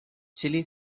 chilli